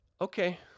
Okay